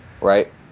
right